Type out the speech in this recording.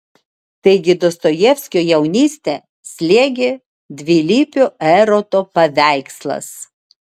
taigi dostojevskio jaunystę slėgė dvilypio eroto paveikslas